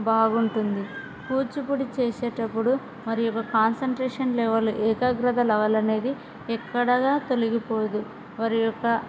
బాగుంటుంది కూచిపూడి చేసేటప్పుడు మరి వీరి యొక్క కాన్సన్ట్రేషన్ లెవెల్ ఏకాగ్రత లెవెల్ అనేది ఎక్కడ తొలిగిపోదు మరి వీరి యొక్క